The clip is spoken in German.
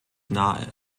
nahe